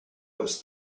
was